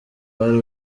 uwari